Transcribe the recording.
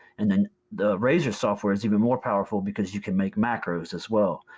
and then the razer software is even more powerful because you can make macros as well.